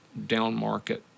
downmarket